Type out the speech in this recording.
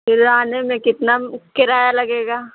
फिर आने में कितना किराया लगेगा